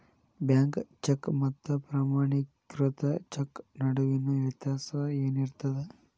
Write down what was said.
Bank cheque ಮತ್ತ ಪ್ರಮಾಣೇಕೃತ cheque ನಡುವಿನ್ ವ್ಯತ್ಯಾಸ ಏನಿರ್ತದ?